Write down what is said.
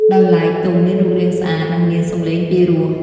ដោយឡែកទំុមានរូបរាងស្អាត និងមានសំឡេងពីរោះ។